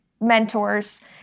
mentors